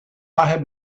have